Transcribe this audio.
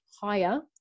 higher